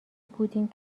بودیم